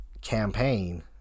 campaign